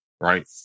right